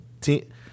team